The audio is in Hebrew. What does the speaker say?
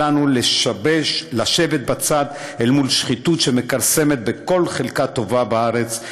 אל לנו לשבת בצד אל מול שחיתות שמכרסמת בכל חלקה טובה בארץ,